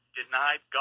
denied